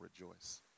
rejoice